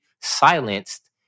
silenced